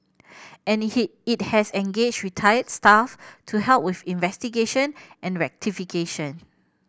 and he it has engaged retired staff to help with investigation and rectification